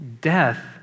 death